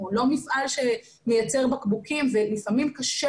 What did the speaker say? אנחנו לא מפעל שמייצר בקבוקים ולפעמים קשה